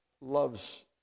loves